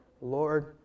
Lord